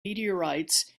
meteorites